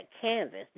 canvas